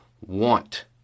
want